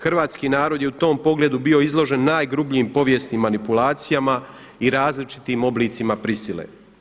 Hrvatski narod je u tom pogledu bio izložen najgrubljim povijesnim manipulacijama i različitim oblicima prisile.